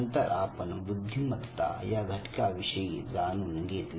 नंतर आपण बुद्धिमत्ता या घटका विषयी जाणून घेतले